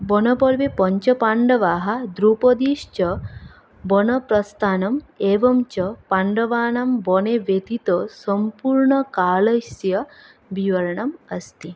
वनपर्वे पञ्चपाण्डवाः द्रौपदीश्च वनप्रस्थानम् एवञ्च पाण्डवानां वने व्यतीतसम्पूर्णकालस्य विवरणम् अस्ति